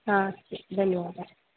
हा अस्ति धन्यवादः